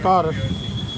ਘਰ